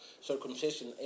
circumcision